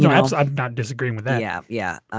yeah i'm not disagreeing with that. yeah yeah.